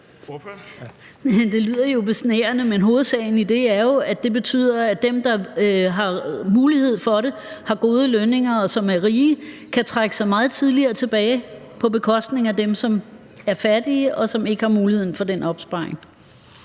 det lyder jo besnærende, men hovedsagen i det er jo, at det betyder, at dem, der har mulighed for det, har gode lønninger, og som er rige, kan trække sig meget tidligere tilbage på bekostning af dem, som er fattige, og som ikke har muligheden for den opsparing.